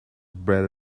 bread